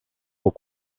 aux